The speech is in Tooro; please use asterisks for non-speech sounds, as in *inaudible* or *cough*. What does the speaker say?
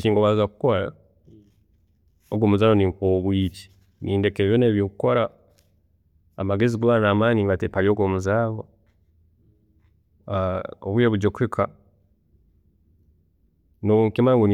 ﻿Ekinkubaanza kukola, ogu’omuzaano ninguha obwiire, nindeka ebindi ebi nkukora amagezi goona na’amaani ningateeka hari ogu’omuzaano, *hesitation* obwiire bujye kuhika, nobu nkukimanya ngu